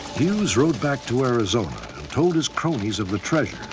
hughes rode back to arizona told his cronies of the treasure.